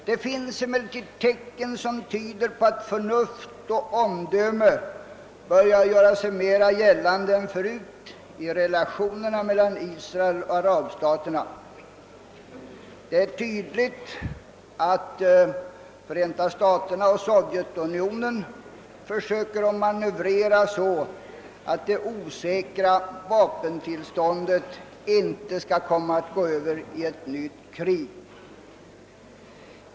Det finns emellertid tecken som tyder på att förnuft och omdöme börjar göra sig mera gällande än tidigare i relationerna mellan Israel och arabstaterna. Det är tydligt att Förenta staterna och Sovjetunionen försöker att manövrera så att det osäkra vapenstilleståndet inte skall komma att gå över i ett nytt krig.